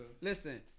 Listen